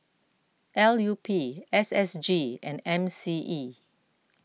L U P S S G and M C E